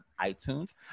iTunes